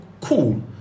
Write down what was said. cool